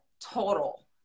total